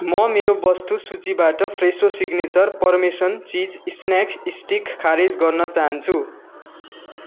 म मेरो वस्तु सूचीबाट फ्रेसो signature parmesan cheese snack stick खारेज गर्न चाहन्छु